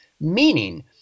meaning